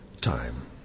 time